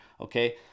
okay